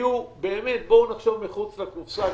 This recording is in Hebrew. בואו נחשוב מחוץ לקופסה.